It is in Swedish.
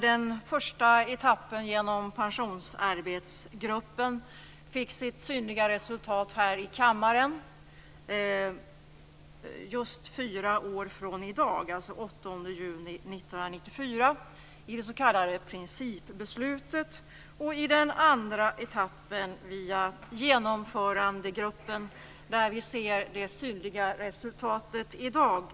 Den första etappen, genom pensionsarbetsgruppen, fick sitt synliga resultat här i kammaren just fyra år från i dag, alltså den 8 juni 1994, i det s.k. principbeslutet. Den andra etappen, via Genomförandegruppen, får sitt synliga resultat i dag.